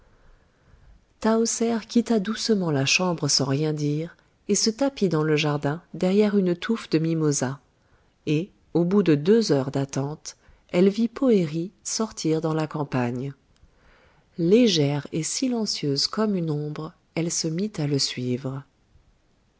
tahoser quitta doucement la chambre sans rien dire et se tapit dans le jardin derrière une touffe de mimosa et au bout de deux heures d'attente elle vit poëri sortir dans la campagne légère et silencieuse comme une ombre elle se mit à le suivre